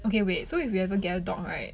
okay wait so if you ever get a dog right